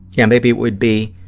yeah, maybe it would be,